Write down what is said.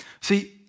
See